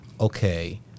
okay